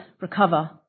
recover